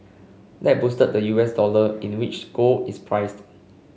that boosted the U S dollar in the which gold is priced